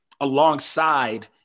alongside